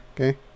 Okay